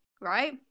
right